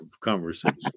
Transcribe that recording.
conversation